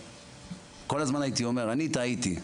כל הזמן אמרתי: אני טעיתי,